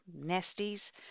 Nesties